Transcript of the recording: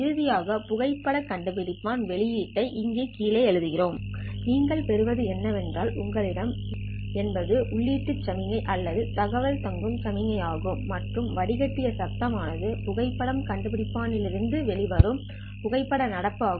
இறுதியாக புகைப்படக் கண்டுபிடிப்பான் வெளியீடு இங்கே கீழே எழுதுகிறேன் நீங்கள் பெறுவது என்னவென்றால் உங்களிடம் Gst என்பது உள்ளீட்டு சமிக்ஞை அல்லது தகவல் தாங்கும் சமிக்ஞை ஆகும் மற்றும் வடிகட்டிய சத்தம் ஆனது புகைப்படக் கண்டுபிடிப்பான்லிருந்து வெளிவரும் புகைப்பட நடப்பு ஆகும்